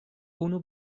unu